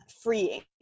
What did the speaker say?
freeing